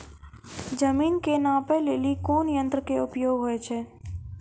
जमीन के नापै लेली कोन यंत्र के उपयोग होय छै?